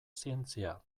zientzia